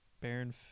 Baron